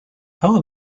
our